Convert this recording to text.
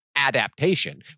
Adaptation